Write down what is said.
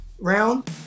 round